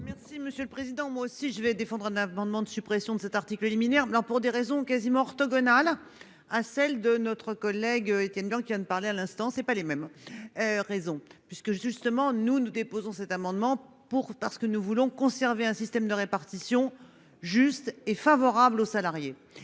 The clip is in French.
Si Monsieur le Président. Moi aussi je vais défendre un amendement de suppression de cet article liminaire blanc pour des raisons quasiment orthogonal. À celle de notre collègue Étienne Blanc qui vient de parler à l'instant c'est pas les mêmes. Raisons parce que justement nous nous déposons cet amendement pour parce que nous voulons conserver un système de répartition juste et favorable aux salariés.